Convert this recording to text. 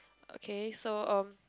okay so um